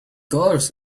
dollars